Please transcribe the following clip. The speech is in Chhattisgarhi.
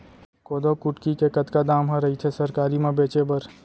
कोदो कुटकी के कतका दाम ह रइथे सरकारी म बेचे बर?